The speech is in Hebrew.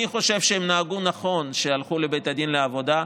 אני חושב שהם נהגו נכון שהם הלכו לבית הדין לעבודה,